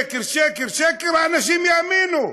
שקר, שקר, שקר, אנשים יאמינו.